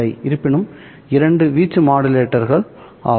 இருப்பினும் இரண்டும் வீச்சு மாடுலேட்டர்கள் ஆகும்